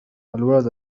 الولد